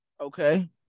Okay